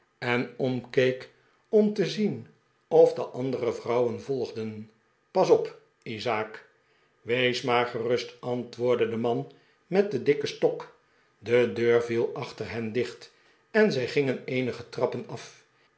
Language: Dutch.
en omkeek om te zien of de andere vrouwen volgden pas op isaak w ees maar gerust antwoordde de man met den dikken stok de deur viel achter hen dicht en zij gingen eenige trappen af